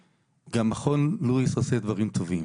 שמכון לואיס עושה גם דברים טובים,